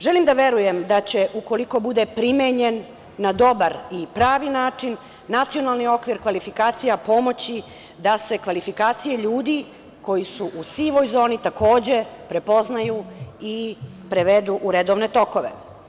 Želim da verujem da će ukoliko bude primenjen na dobar i pravi način Nacionalni okvir kvalifikacija pomoći da se kvalifikacije ljudi koji su u sivoj zoni takođe prepoznaju i prevedu u redovne tokove.